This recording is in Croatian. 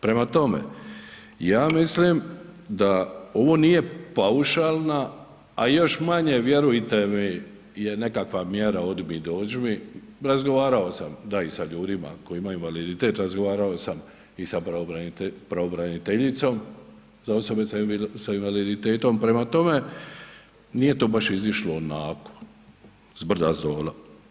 Prema tome, ja mislim da ovo nije paušalna a još manje vjerujte mi je nekakva mjera „odi mi, dođi mi“, razgovarao sam da, i sa ljudima koji imaju invaliditet, razgovarao sam i sa pravobraniteljicom sa osobe sa invaliditetom, prema tome nije to baš izišlo onako, zbrda- zdola.